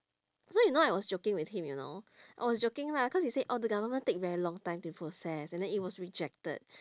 so you know I was joking with him you know I was joking lah cause he said oh the government take very long time to process and then it was rejected